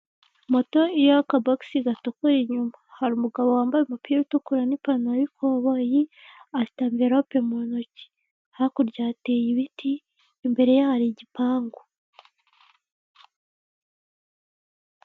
Moto iriho akabogisi gatukuye inyuma, hari umugabo wambaye umupira utukura n'ipantaro y'ikoboyi afite amverope mu ntoki, hakurya hateye ibiti, imbere ye hari igipangu.